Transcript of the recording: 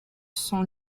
sont